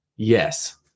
Yes